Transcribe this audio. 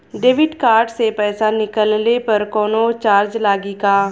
Debit card से पैसा निकलले पर कौनो चार्ज लागि का?